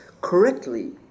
correctly